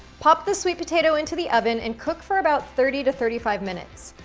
pop the sweet potato into the oven and cook for about thirty to thirty five minutes.